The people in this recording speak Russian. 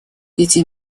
эти